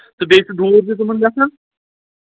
تہٕ بیٚیہِ چھُ دوٗر تہِ تِمَن گژھان